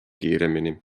kiiremini